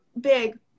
big